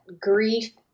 grief